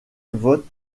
votent